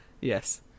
yes